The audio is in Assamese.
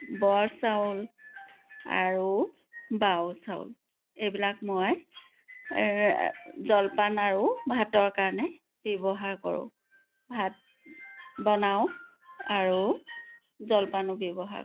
বৰচাউল আৰু বাও চাউল এইবিলাক মই জলপান আৰু ভাতৰ কাৰণে ব্যৱহাৰ কৰোঁ ভাত বনাওঁ আৰু জলপানো ব্যৱহাৰ কৰোঁ